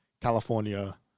California